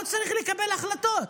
הוא צריך לקבל החלטות.